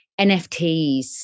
nfts